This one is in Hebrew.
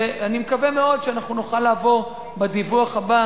ואני מקווה מאוד שאנחנו נוכל לבוא בדיווח הבא